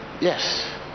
Yes